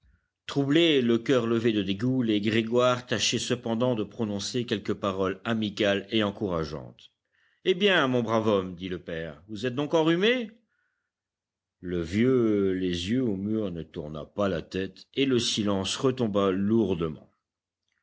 troublés le coeur levé de dégoût les grégoire tâchaient cependant de prononcer quelques paroles amicales et encourageantes eh bien mon brave homme dit le père vous êtes donc enrhumé le vieux les yeux au mur ne tourna pas la tête et le silence retomba lourdement